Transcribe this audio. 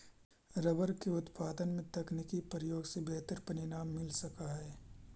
rubber के उत्पादन में तकनीकी प्रयोग से बेहतर परिणाम मिल सकऽ हई